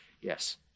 Yes